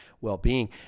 well-being